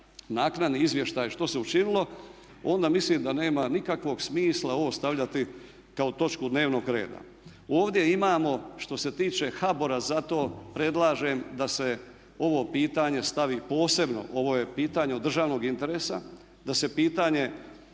naknadni izvještaj što se učinilo onda mislim da nema nikakvog smisla ovo stavljati kao točku dnevnog reda. Ovdje imamo što se tiče HBOR-a, zato predlažem da se ovo pitanje stavi posebno, ovo je pitanje od državnog interesa, da se pitanje